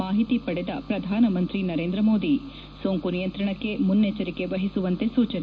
ಮಾಹಿತಿ ಪಡೆದ ಪ್ರಧಾನಮಂತ್ರಿ ನರೇಂದ್ರ ಮೋದಿ ಸೋಂಕು ನಿಯಂತ್ರಣಕ್ಕೆ ಮುನ್ನೆಚ್ಚರಿಕೆ ವಹಿಸುವಂತೆ ಸೂಚನೆ